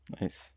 Nice